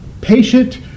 patient